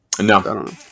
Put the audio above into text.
No